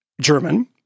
German